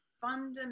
fundamental